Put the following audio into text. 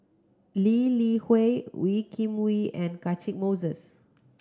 Lee Li Hui Wee Kim Wee and Catchick Moses